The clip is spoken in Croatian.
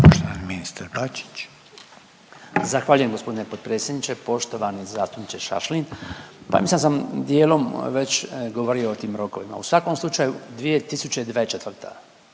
**Bačić, Branko (HDZ)** Zahvaljujem gospodine potpredsjedniče, poštovani zastupniče Šašlin. Pa mislim da sam dijelom već govorio o tim rokovima. U svakom slučaju 2024.